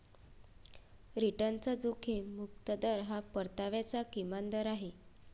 रिटर्नचा जोखीम मुक्त दर हा परताव्याचा किमान दर आहे